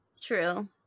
True